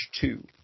two